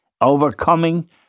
overcoming